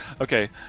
okay